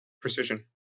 precision